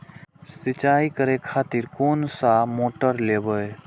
सीचाई करें खातिर कोन सा मोटर लेबे?